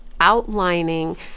outlining